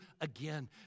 again